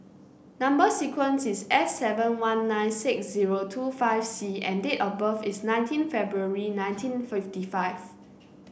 number sequence is S seven one nine six zero two five C and date of birth is nineteen February nineteen fifty five